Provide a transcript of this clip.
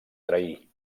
trair